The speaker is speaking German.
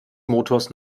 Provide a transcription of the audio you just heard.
motors